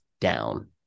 down